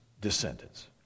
descendants